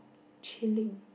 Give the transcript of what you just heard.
chilling